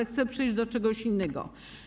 Chcę przejść do czegoś innego.